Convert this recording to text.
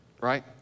right